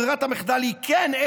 ברירת המחדל היא כן,